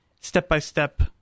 step-by-step